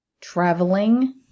traveling